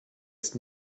ist